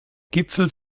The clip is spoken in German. gipfel